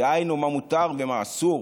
דהיינו מה מותר ומה אסור,